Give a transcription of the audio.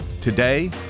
today